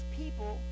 people